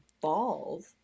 balls